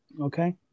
Okay